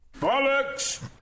Bollocks